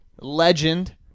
legend